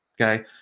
okay